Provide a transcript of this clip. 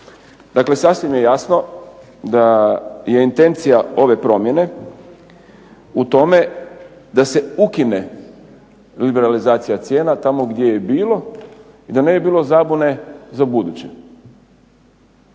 Dakle, sasvim je jasno da je intencija ove promjene u tome da se ukine liberalizacija cijena tamo gdje je bilo i da ne bi bilo zabune za ubuduće